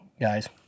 guys